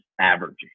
averaging